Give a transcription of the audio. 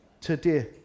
today